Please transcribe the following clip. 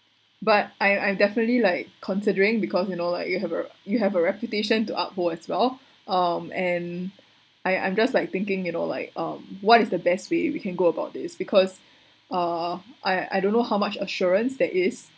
but I I definitely like considering because you know like you have a you have a reputation to uphold as well um and I I'm just like thinking you know like um what is the best way we can go about this because err I I don't know how much assurance that is